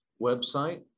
website